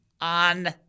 on